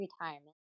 Retirement